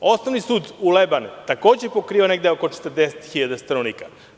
Osnovni sud u Lebanima takođe pokriva negde oko 40 hiljada stanovnika.